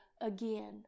again